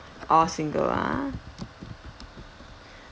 all single ah